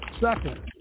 Second